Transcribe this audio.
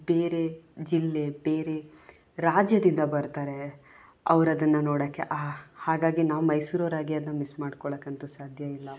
ಬೇರೆ ಜಿಲ್ಲೆ ಬೇರೆ ರಾಜ್ಯದಿಂದ ಬರ್ತಾರೆ ಅವ್ರದನ್ನು ನೋಡೋಕ್ಕೆ ಹಾಗಾಗಿ ನಾವು ಮೈಸೂರವರಾಗಿ ಅದನ್ನು ಮಿಸ್ ಮಾಡ್ಕೊಳ್ಳೋಕ್ಕಂತೂ ಸಾಧ್ಯ ಇಲ್ಲ